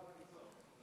גברתי היושבת-ראש,